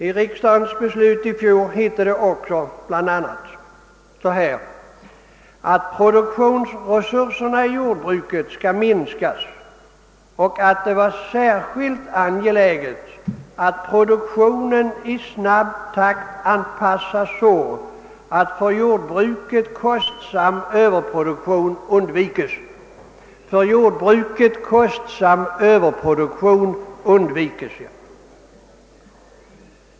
I riksdagens beslut i fjol hette det också bl.a. att produktionsresurserna i jordbruket skall minskas och att dei var särskilt angeläget att produktionen i snabb takt anpassades så att för jordbruket kostsam överproduktion undveks.